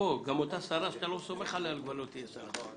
לתוקפו גם אותה שרה שאתה לא סומך עליה כבר לא תהיה שרה.